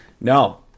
No